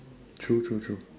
true true true